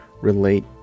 relate